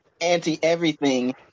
anti-everything